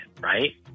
right